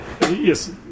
Yes